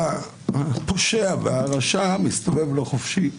והפושע, הרשע, מסתובב לו חופשי,